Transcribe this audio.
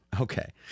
Okay